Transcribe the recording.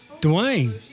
Dwayne